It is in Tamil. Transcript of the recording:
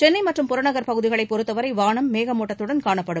சென்னை மற்றும் புறநகர் பகுதிகளை பொறுத்தவரை வானம் மேகமூட்டத்துடன் காணப்படும்